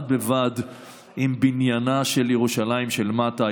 בד בבד עם בניינה של ירושלים של מטה,